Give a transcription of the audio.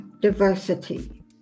diversity